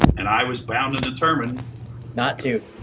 and i was bound and determined not to.